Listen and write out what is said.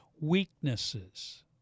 weaknesses